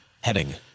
Heading